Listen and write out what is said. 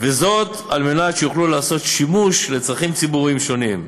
וזאת על מנת שיוכלו לעשות בהם שימוש לצרכים ציבוריים שונים: